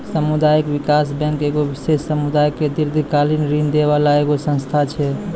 समुदायिक विकास बैंक एगो विशेष समुदाय के दीर्घकालिन ऋण दै बाला एगो संस्था छै